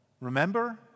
Remember